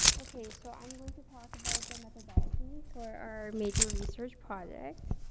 okay, so i'm going to talk about the methodology for our major research project.